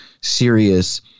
serious